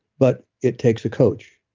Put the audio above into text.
but it takes a coach,